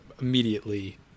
immediately